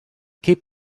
keep